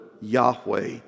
Yahweh